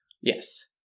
Yes